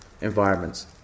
environments